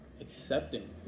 accepting